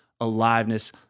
aliveness